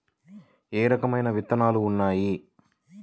ఏ రకమైన విత్తనాలు ఉన్నాయి?